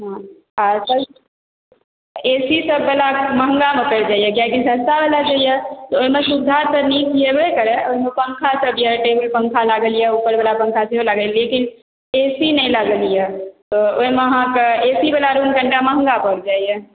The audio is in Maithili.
हॅं आर सब ए सी बला सब महँगा मे परि जाइया कियै कि सस्ता बला जे यऽ ओहि मे सुविधा तऽ नीक येबे करय ओहि मे पंखा सब यऽ एटेच पंखा लागल यऽ ऊपर बला पंखा सेहो लागल यऽ लेकिन ए सी नहि लागल यऽ त ओहि मे अहाँ के ए सी बला रूम कनीटा महँगा परि जाइया